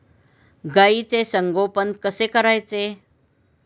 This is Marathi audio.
गाईचे संगोपन कसे करायचे?